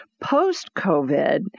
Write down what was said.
post-COVID